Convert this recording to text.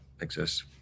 exists